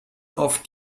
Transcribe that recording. oft